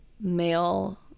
male